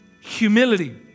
humility